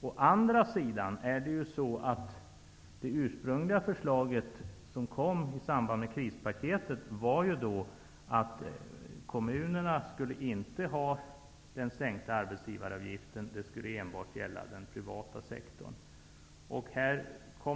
Å andra sidan är det så att det ursprungliga förslaget, som kom i samband med krispaketet, innebar att kommunerna inte skulle få en sänkning av arbetsgivaravgiften -- sänkningen skulle enbart gälla den privata sektorn.